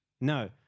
No